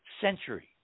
century